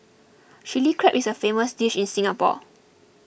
Chilli Crab is a famous dish in Singapore